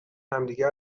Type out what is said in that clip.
همدیگه